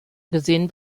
gesehen